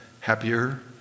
happier